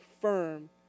firm